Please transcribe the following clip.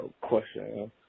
question